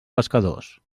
pescadors